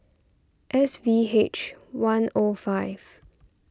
S V H one O five